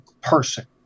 person